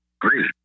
great